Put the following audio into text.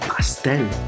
Pastel